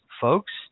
folks